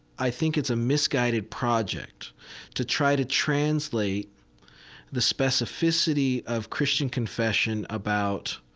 i think it's a misguided project to try to translate the specificity of christian confession about